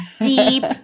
deep